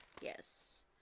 Yes